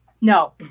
No